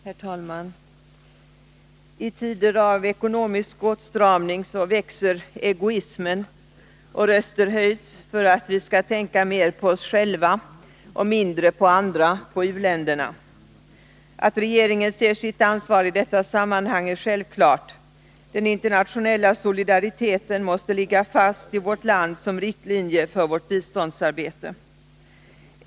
Herr talman! I tider av ekonomisk åtstramning växer egoismen, och röster höjs för att vi skall tänka mer på oss själva och mindre på andra, t.ex. u-länderna. Att regeringen ser sitt ansvar i detta sammanhang är självklart. Den internationella solidariteten måste ligga fast som riktlinje för vårt lands biståndsarbete.